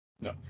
No